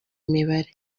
imibare